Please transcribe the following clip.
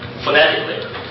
phonetically